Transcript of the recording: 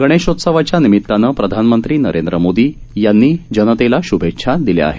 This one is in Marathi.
गणेशोत्सवाच्या निमितानं प्रधानमंत्री नरेंद्र मोदी यांनी जनतेला श्भेच्छा दिल्या आहेत